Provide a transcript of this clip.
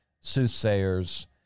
soothsayers